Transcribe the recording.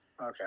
Okay